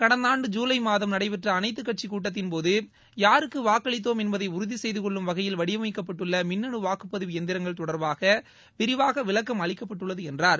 கடந்தாண்டு ஜூலை மாதம் நடைபெற்ற அனைத்துக்கட்சி கூட்டத்தின் போது யாருக்கு வாக்களித்தோம் என்பதை உறுதி செய்து கொள்ளும் வகையில் வடிவமைக்கப்பட்டுள்ள மின்னனு வாக்குப்பதிவு எந்திரங்கள் தொடர்பாக விரிவாக விளக்கம் அளிக்கப்பட்டுள்ளது என்றார்